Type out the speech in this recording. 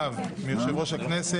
הייתה הצבעה אחת.